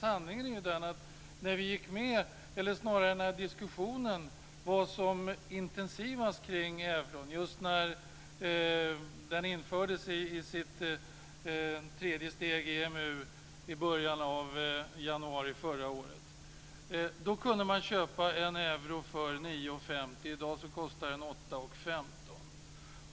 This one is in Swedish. Sanningen är att när diskussionen var som intensivast kring euron, just när den infördes i sitt tredje steg, EMU, i början av januari förra året, kunde man köpa en euro för 9:50. I dag kostar den 8:15.